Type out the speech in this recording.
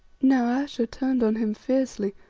now ayesha turned on him fiercely,